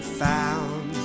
found